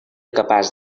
capaç